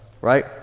right